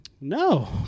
No